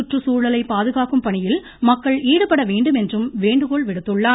சுற்றுச்சூழலை பாதுகாக்கும் பணியில் மக்கள் ஈடுபட வேண்டும் என்றும் வேண்டுகோள் விடுத்துள்ளார்